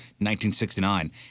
1969